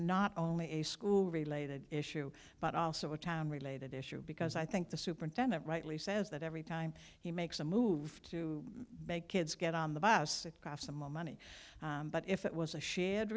not only a school related issue but also a time related issue because i think the superintendent rightly says that every time he makes a move to make kids get on the bus it costs them more money but if it was a shared